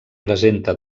presenta